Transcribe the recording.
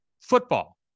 Football